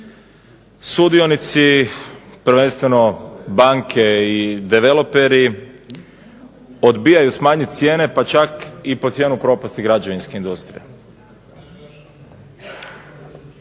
sudionici prvenstveno banke i developeri odbijaju smanjiti cijene pa čak i po cijenu propasti građevinske industrije.